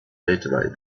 weltweit